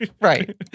Right